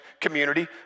community